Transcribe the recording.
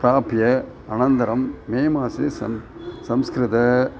प्राप्य अनन्तरं मे मासे सं संस्कृतम्